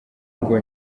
rugo